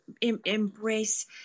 embrace